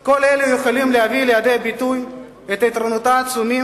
כל אלה יכולים להביא לידי ביטוי את יתרונותיה העצומים